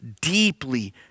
deeply